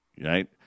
Right